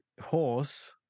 horse